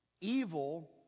Evil